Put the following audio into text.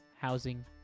housing